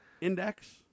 Index